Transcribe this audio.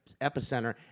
epicenter